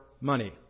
money